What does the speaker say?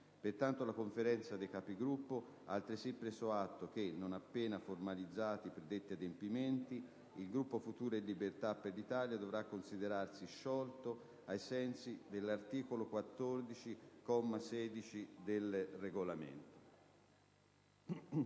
Pertanto, la Conferenza dei Capigruppo ha altresì preso atto che, non appena formalizzati i predetti adempimenti, il Gruppo Futuro e Libertà per l'Italia dovrà considerarsi sciolto, ai sensi dell'articolo 14, comma 16, del Regolamento.